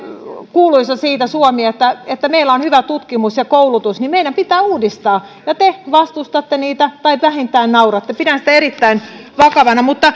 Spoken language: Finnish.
kuuluisa siitä että että meillä on hyvä tutkimus ja koulutus niin meidän pitää uudistaa te vastustatte niitä tai vähintään nauratte pidän sitä erittäin vakavana